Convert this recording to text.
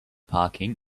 parking